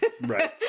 Right